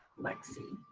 flexy.